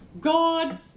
God